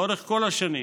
לאורך כל השנים